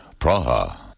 Praha